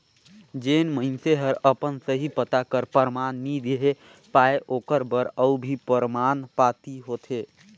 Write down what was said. जेन मइनसे हर अपन सही पता कर परमान नी देहे पाए ओकर बर अउ भी परमान पाती होथे